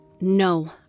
No